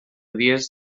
dies